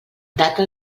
data